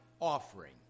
offering